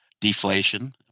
deflation